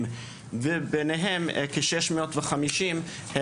ביניהם כ-650,